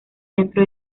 centro